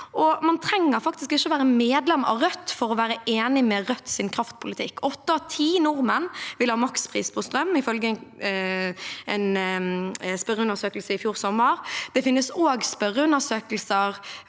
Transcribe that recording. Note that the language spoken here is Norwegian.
Man trenger faktisk ikke å være medlem av Rødt for å være enig i Rødts kraftpolitikk. Åtte av ti nordmenn vil ha makspris på strøm, ifølge en spørreundersøkelse i fjor sommer. Det finnes også spørreundersøkelser